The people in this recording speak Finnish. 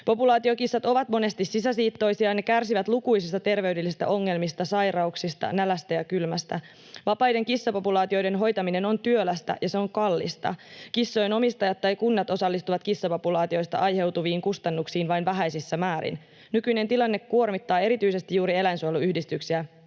Populaatiokissat ovat monesti sisäsiittoisia, ja ne kärsivät lukuisista terveydellisistä ongelmista, sairauksista, nälästä ja kylmästä. Vapaiden kissapopulaatioiden hoitaminen on työlästä, ja se on kallista. Kissojen omistajat tai kunnat osallistuvat kissapopulaatioista aiheutuviin kustannuksiin vain vähäisissä määrin. Nykyinen tilanne kuormittaa erityisesti juuri eläinsuojeluyhdistyksiä,